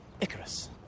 Icarus